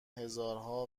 هزارها